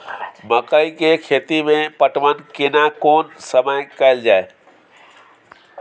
मकई के खेती मे पटवन केना कोन समय कैल जाय?